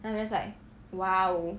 then I'm just like !wow!